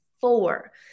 four